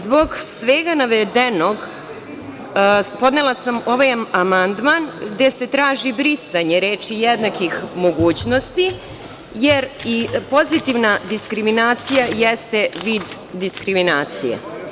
Zbog svega navedenog podnela sam ovaj amandman gde se traži brisanje reči „jednakih mogućnosti“, jer i pozitivna diskriminacija jeste vid diskriminacije.